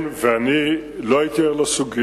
אני לא הייתי ער לסוגיה,